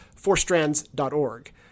fourstrands.org